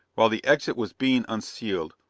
while the exit was being unsealed,